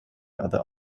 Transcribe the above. other